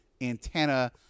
antenna